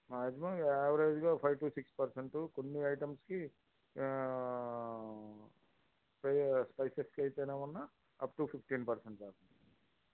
maximum ఏవరేజ్గా ఒక five to six percent కొన్ని ఐటమ్స్కి ఫైవ్ సెట్స్కు అయితే ఏమన్నా అప్టు పిప్టీన్ పర్సంటు దాకా